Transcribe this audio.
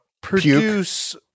produce